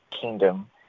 kingdom